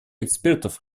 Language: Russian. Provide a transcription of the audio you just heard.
экспертов